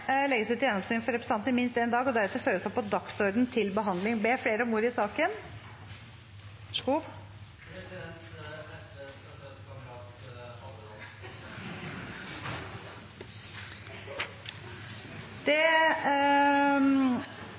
legges ut til gjennomsyn for representantene i minst én dag og deretter føres opp på dagsordenen til behandling. SV støtter opp om